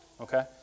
Okay